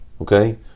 Okay